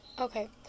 okay